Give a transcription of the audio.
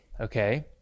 okay